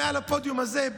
מעל הפודיום הזה,